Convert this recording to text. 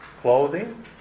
clothing